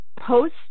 post